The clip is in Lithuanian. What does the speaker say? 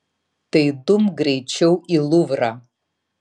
tai dumk greičiau į luvrą